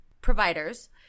providers